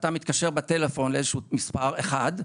ואתה מתקשר בטלפון למספר אחד,